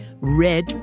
Red